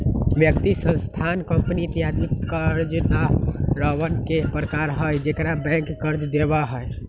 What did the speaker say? व्यक्ति, संस्थान, कंपनी इत्यादि कर्जदारवन के प्रकार हई जेकरा बैंक कर्ज देवा हई